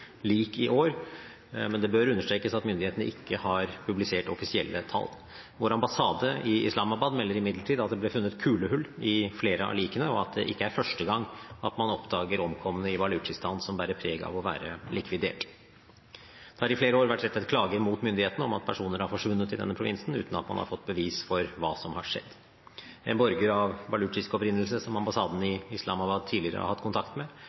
lik i år, men det bør understrekes at myndighetene ikke har publisert offisielle tall. Vår ambassade i Islamabad melder imidlertid at det ble funnet kulehull i flere av likene, og at det ikke er første gang man oppdager omkomne i Balutsjistan som bærer preg av å være likvidert. Det har i flere år vært rettet klager mot myndighetene om at personer har forsvunnet i denne provinsen, uten at man har fått bevis for hva som har skjedd. En borger av balutsjisk opprinnelse som ambassaden i Islamabad tidligere har hatt kontakt med,